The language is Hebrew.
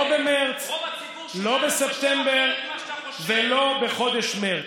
רוב הציבור, לא במרץ, לא בספטמבר ולא בחודש מרץ.